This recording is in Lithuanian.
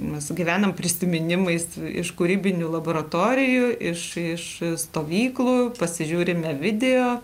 mes gyvenam prisiminimais iš kūrybinių laboratorijų iš iš stovyklų pasižiūrime video